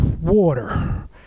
water